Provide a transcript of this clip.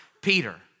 Peter